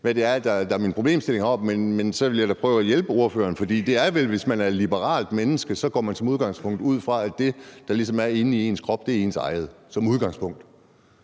hvad det er, der er min problemstilling heroppe. Men så vil jeg da prøve at hjælpe ordføreren, for det er vel det, at hvis man er et liberalt menneske, går man som udgangspunkt ud fra, at det, der ligesom er inde i ens krop, er ens eget, som udgangspunkt,